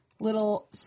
little